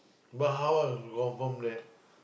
but how I confirm that